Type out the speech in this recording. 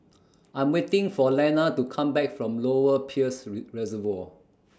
I'm waiting For Lenna to Come Back from Lower Peirce Reservoir